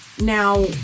Now